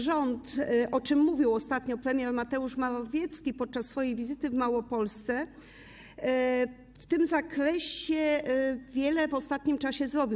Rząd, o czym mówił ostatnio premier Mateusz Morawiecki podczas swojej wizyty w Małopolsce, w tym zakresie wiele w ostatnim czasie zrobił.